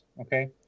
Okay